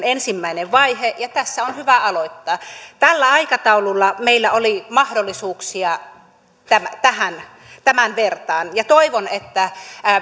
ensimmäinen vaihe ja tästä on hyvä aloittaa tällä aikataululla meillä oli mahdollisuuksia tämän verran ja toivon että